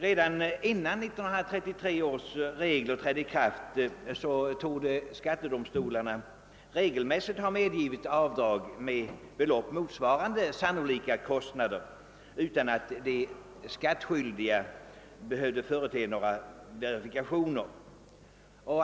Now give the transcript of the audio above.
Redan innan 1963 års regler trädde i kraft torde skattedomstolarna regelmässigt ha medgivit avdrag motsvarande sannolika kostnader utan att de skattskyldiga behövde före te några verifikationer.